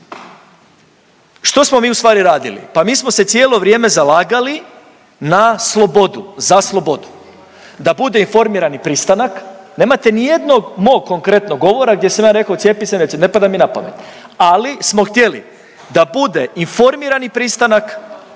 Što smo mi ustvari radili? Pa mi smo se cijelo vrijeme zalagali na slobodu, za slobodu, da bude informirani pristanak, nemate nijednog mog konkretnog govora gdje sam ja rekao cijepi se ili ne cijepi se, ne pada mi na pamet, ali smo htjeli da bude informirani pristanak